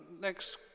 Next